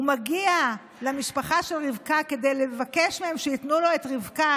הוא מגיע למשפחה של רבקה כדי לבקש מהם שייתנו לו את רבקה